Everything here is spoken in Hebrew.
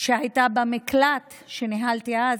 שהייתה במקלט שניהלתי אז,